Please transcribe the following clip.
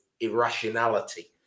irrationality